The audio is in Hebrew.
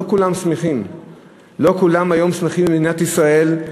לא כולם היום שמחים במדינת ישראל,